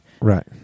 Right